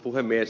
puhemies